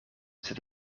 sed